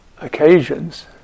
occasions